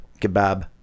kebab